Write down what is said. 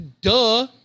Duh